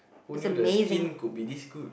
who knew the skin could be this good